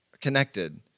connected